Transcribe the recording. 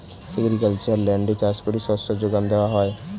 agricultural ল্যান্ডে চাষ করে শস্য যোগান দেওয়া হয়